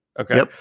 Okay